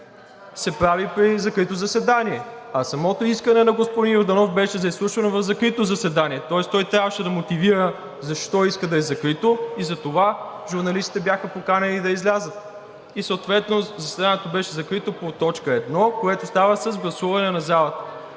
се прави при закрито заседание, а самото искане на господин Йорданов беше за изслушване в закрито заседание, тоест той трябваше да мотивира защо иска да е закрито и затова журналистите бяха поканени да излязат, съответно заседанието беше закрито по точка едно, което става с гласуване на залата.